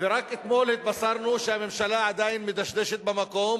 ורק אתמול התבשרנו שהממשלה עדיין מדשדשת במקום